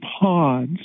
pods